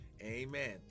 amen